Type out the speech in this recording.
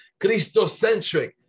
Christocentric